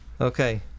Okay